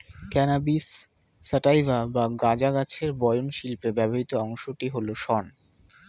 cannabis sativa বা গাঁজা গাছের বয়ন শিল্পে ব্যবহৃত অংশটি হল শন